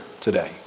today